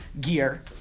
gear